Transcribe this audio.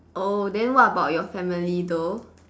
oh then what about your family though